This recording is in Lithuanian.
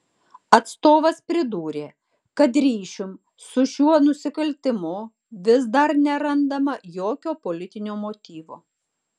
atstovas pridūrė kad ryšium su šiuo nusikaltimu vis dar nerandama jokio politinio motyvo